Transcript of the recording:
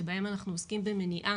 שבהם אנחנו עוסקים במניעה,